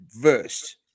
verse